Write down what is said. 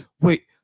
wait